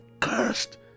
cursed